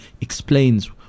explains